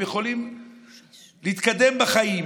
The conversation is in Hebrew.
הם יכולים להתקדם בחיים,